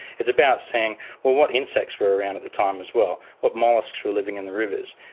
it's about seeing what what insects were around at the time as well, what molluscs were living in the rivers,